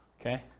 Okay